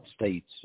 states